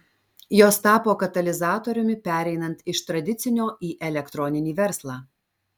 jos tapo katalizatoriumi pereinant iš tradicinio į elektroninį verslą